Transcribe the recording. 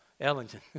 Ellington